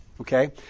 Okay